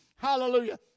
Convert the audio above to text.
Hallelujah